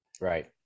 Right